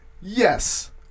Yes